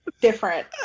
different